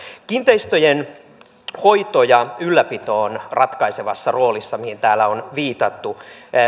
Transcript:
kiinteistöjen hoito ja ylläpito on ratkaisevassa roolissa mihin täällä on viitattu